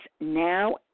now